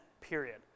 period